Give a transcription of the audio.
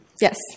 Yes